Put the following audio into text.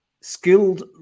skilled